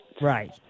Right